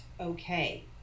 okay